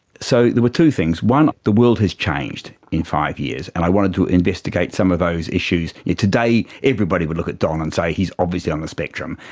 so there were two things, one, the world has changed in five years and i wanted to investigate some of those issues. today everybody would look at don and say he's obviously on the spectrum.